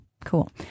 Cool